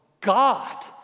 God